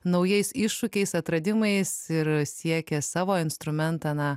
naujais iššūkiais atradimais ir siekia savo instrumentą na